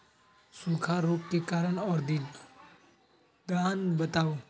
सूखा रोग के कारण और निदान बताऊ?